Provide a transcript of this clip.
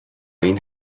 این